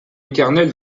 éternel